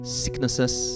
sicknesses